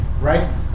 right